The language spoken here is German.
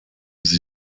sie